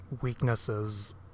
weaknesses